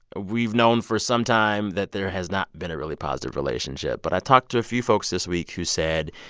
we've known for some time that there has not been a really positive relationship. but i talked to a few folks this week who said,